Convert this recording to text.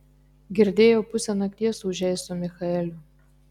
girdėjau pusę nakties ūžei su michaeliu